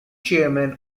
chairman